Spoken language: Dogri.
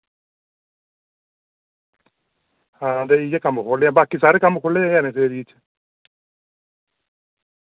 ते आं इयै कम्म खोह्लने आं ते बाकी सारे कम्म खु'ल्ले दे गै न इस एरिया च